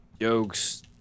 Jokes